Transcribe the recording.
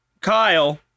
Kyle